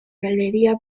galería